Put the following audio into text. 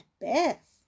beth